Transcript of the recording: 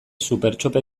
supertxope